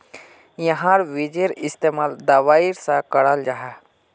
याहार बिजेर इस्तेमाल दवाईर सा कराल जाहा